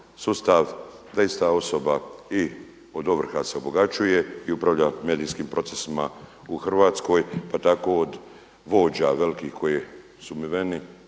Sustav da ista osoba i od ovrha se obogaćuje i upravlja medijskim procesima u Hrvatskoj, pa tako od vođa velikih koji su …/Govornik